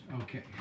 Okay